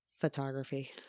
Photography